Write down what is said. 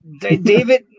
David